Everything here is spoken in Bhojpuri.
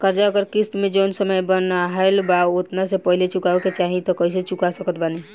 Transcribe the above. कर्जा अगर किश्त मे जऊन समय बनहाएल बा ओतना से पहिले चुकावे के चाहीं त कइसे चुका सकत बानी?